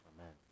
Amen